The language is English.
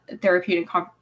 therapeutic